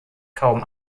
kaum